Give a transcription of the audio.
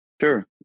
Sure